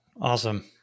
Awesome